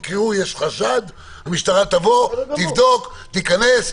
יקראו, יש חשד, המשטרה תבוא, תבדוק, תיכנס.